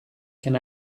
can